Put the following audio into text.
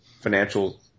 financial